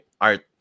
art